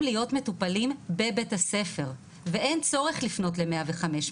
להיות מטופלים בבית הספר ואין צורך לפנות ל-105.